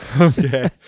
Okay